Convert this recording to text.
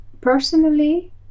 personally